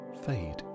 fade